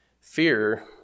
Fear